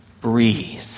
Breathe